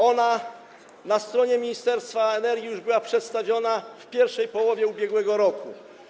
Ona na stronie Ministerstwa Energii już była przedstawiona w pierwszej połowie ubiegłego roku.